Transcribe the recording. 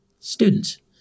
students